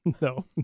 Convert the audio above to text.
No